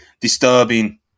disturbing